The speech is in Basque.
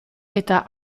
eta